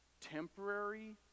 temporary